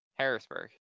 harrisburg